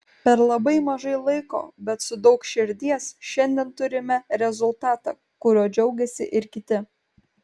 per labai mažai laiko bet su daug širdies šiandien turime rezultatą kuriuo džiaugiasi ir kiti